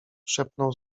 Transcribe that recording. szepnął